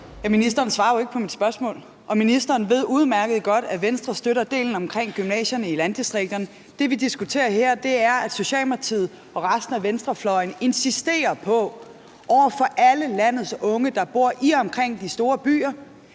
Ministeren svarer jo ikke på mit spørgsmål, og ministeren ved udmærket godt, at Venstre støtter delen om gymnasierne i landdistrikterne. Det, vi diskuterer her, er, at Socialdemokratiet og resten af venstrefløjen over for alle landets unge, der bor i og omkring de store byer,